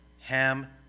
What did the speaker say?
Ham